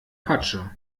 patsche